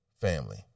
family